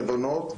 נבונות.